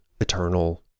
eternal